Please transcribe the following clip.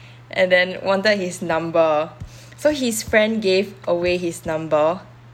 and then wanted his number so his friend gave away his number